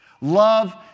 Love